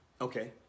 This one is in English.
Okay